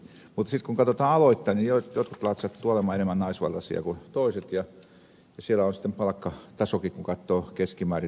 mutta sitten kun katsotaan aloittain niin jotkut alat sattuvat olemaan enemmän naisvaltaisia kuin toiset ja siellä on sitten palkkatasokin keskimäärin pienempi